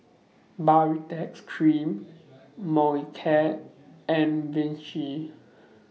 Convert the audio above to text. Baritex Cream Molicare and Vichy